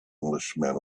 englishman